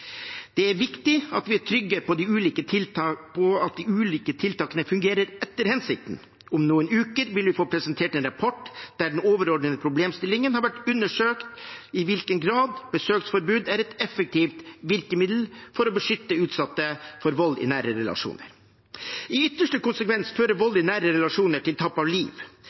Det er viktig at vi er trygge på at de ulike tiltakene fungerer etter hensikten. Om noen uker vil vi få presentert en rapport der den overordnete problemstillingen har vært å undersøke i hvilken grad besøksforbud er et effektivt virkemiddel for å beskytte utsatte for vold i nære relasjoner. I ytterste konsekvens fører vold i nære relasjoner til tap av liv.